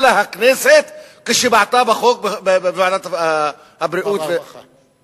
לה הכנסת כשבעטה בחוק בוועדת העבודה,